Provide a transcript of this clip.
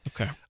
okay